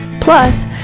plus